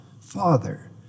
Father